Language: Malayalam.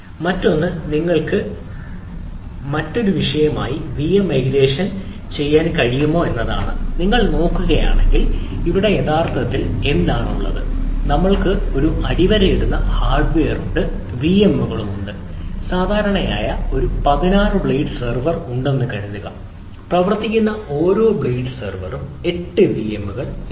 മറ്റൊന്ന് നിങ്ങൾക്ക് വിഎം മൈഗ്രേഷനുകൾക്കായി ഉണ്ടെന്ന് കരുതുക പ്രവർത്തിക്കുന്ന ഓരോ ബ്ലേഡ് സെർവറും 8 വിഎമ്മുകൾ പറയുന്നു